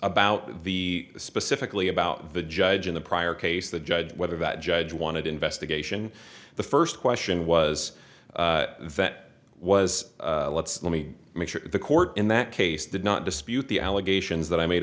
about the specifically about the judge in the prior case the judge whether that judge wanted investigation the first question was that was let's let me make sure the court in that case did not dispute the allegations that i made